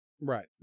Right